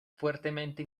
fuertemente